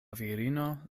virino